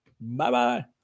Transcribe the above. Bye-bye